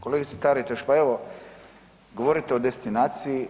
Kolegice Taritaš, pa evo govorite o destinaciji.